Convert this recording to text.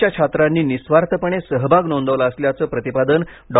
च्या छात्रांनी निःस्वार्थपणे सहभाग नोंदवला असल्याचं प्रतिपादन डॉ